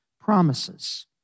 promises